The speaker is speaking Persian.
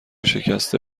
شکسته